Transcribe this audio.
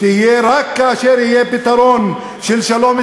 אני קורא אותך לסדר בפעם השנייה,